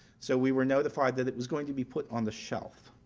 so we were notified that it was going to be put on the shelf,